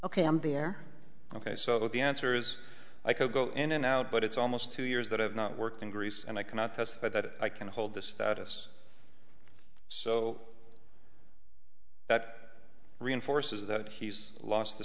there ok so the answer is i could go in and out but it's almost two years that i've not worked in greece and i cannot testify that i can hold the status so that reinforces that he's lost the